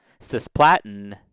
cisplatin